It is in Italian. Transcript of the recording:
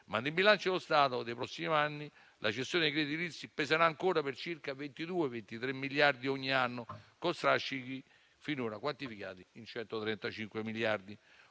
Ma nel bilancio dello Stato dei prossimi anni, la cessione dei crediti edilizi peserà ancora per circa 23 miliardi ogni anno, con strascichi finora quantificati in 135 miliardi.